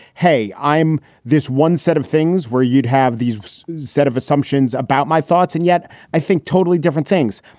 hey, i'm this one set of things where you'd have these set of assumptions about my thoughts. and yet i think totally different things.